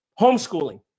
homeschooling